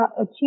achieve